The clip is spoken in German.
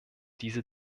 diese